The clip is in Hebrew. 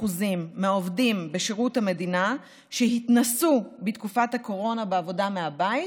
מהעובדים בשירות המדינה שהתנסו בתקופת הקורונה בעבודה מהבית